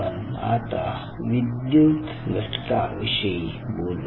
आपण आता विद्युत घटका विषयी बोलू